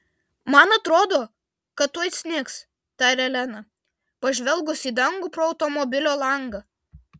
man atrodo kad tuoj snigs tarė lena pažvelgus į dangų pro automobilio langą